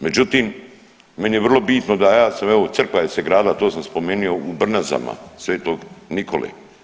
Međutim, meni je vrlo bitno da ja sam evo crkva se gradila to sam spomenuo u Brnazama, sv. Nikole.